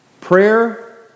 Prayer